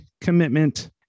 commitment